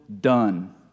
done